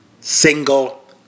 single